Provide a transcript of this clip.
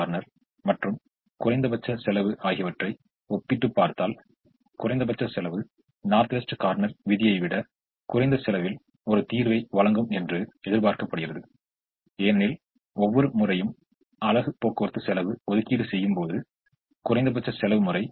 ஆனால் இது ஒரு உகந்த தீர்வா இல்லையா என்பது இப்போது நமக்குத் தெரியாது ஆனால் இது ஒரு உகந்த தீர்வாக இல்லாவிட்டால் வேறு சில தீர்வுகள் உகந்ததாக இருக்க வாய்ப்புள்ளது வேறு ஏதேனும் ஒன்றில் தீர்வுக்கு குறைந்தபட்சம் ஒரு ஒதுக்கீடு இருக்க வேண்டும் அல்லது ஒதுக்கப்படாத நிலைகள் இருக்க வேண்டும்